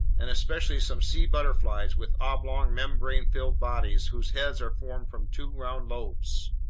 and especially some sea butterflies with oblong, membrane-filled bodies whose heads are formed from two rounded lobes.